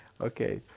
Okay